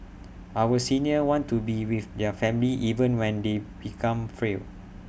our seniors want to be with their family even when they become frail